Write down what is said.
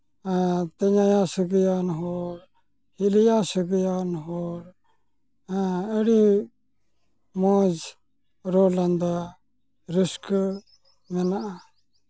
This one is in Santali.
ᱟᱨ ᱛᱮᱧᱟᱝᱭᱟ ᱥᱟᱹᱜᱟᱹᱭᱟᱱ ᱦᱚᱲ ᱦᱤᱞᱤᱭᱟᱱ ᱥᱟᱹᱜᱟᱹᱭᱟᱱ ᱦᱚᱲ ᱟᱹᱰᱤ ᱢᱚᱡᱽ ᱨᱚᱲ ᱞᱟᱸᱫᱟ ᱨᱟᱹᱥᱠᱟᱹ ᱢᱮᱱᱟᱜᱼᱟ